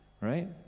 Right